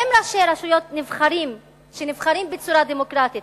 ואם ראשי רשויות שנבחרים בצורה דמוקרטית